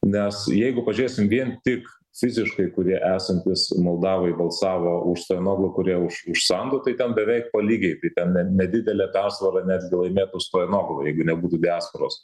nes jeigu pažiūrėsim vien tik fiziškai kurie esantys moldavai balsavo už stoianoglo kurie už už sandu tai ten beveik po lygiai tai ten nedidelė persvara netgi laimėtų stoianoglo jeigu nebūtų diasporos